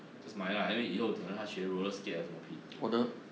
just 买 lah 因为以后可能学 roller skate 还是什么屁